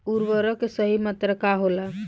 उर्वरक के सही मात्रा का होला?